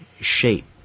shape